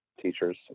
teachers